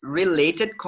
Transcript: related